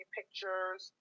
pictures